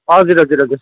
हजुर हजुर हजुर